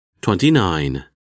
Twenty-nine